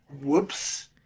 whoops